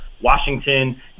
Washington